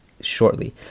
shortly